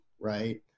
right